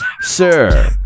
sir